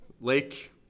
Lake